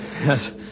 Yes